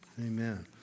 Amen